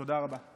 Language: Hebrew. תודה רבה.